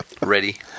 Ready